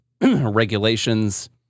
regulations